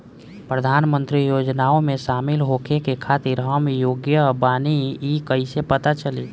प्रधान मंत्री योजनओं में शामिल होखे के खातिर हम योग्य बानी ई कईसे पता चली?